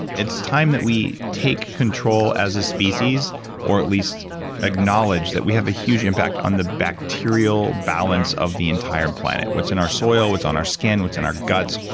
it's time that we take control as a species or at least acknowledge that we have a huge impact on the bacterial balance of the entire planet. what's in our soil what's on our skin, what's in our guts,